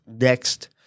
next